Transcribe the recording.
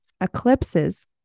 eclipses